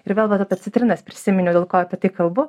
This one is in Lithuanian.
ir vėl vat apie citrinas prisiminiau dėl ko apie tai kalbu